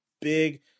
big